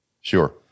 sure